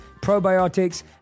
probiotics